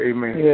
Amen